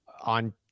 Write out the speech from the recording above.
on